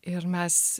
ir mes